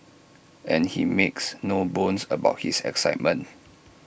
and he makes no bones about his excitement